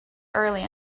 early